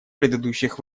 предыдущих